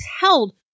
held